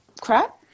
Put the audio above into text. crap